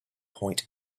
point